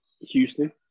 Houston